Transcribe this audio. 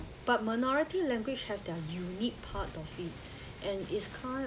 but minority language have their unique part of it and it's kind